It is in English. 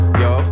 yo